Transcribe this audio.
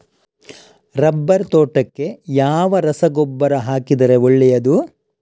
Rubber ತೋಟಕ್ಕೆ ಯಾವ ರಸಗೊಬ್ಬರ ಹಾಕಿದರೆ ಒಳ್ಳೆಯದು?